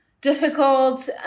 difficult